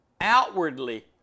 outwardly